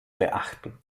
beachten